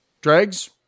Dregs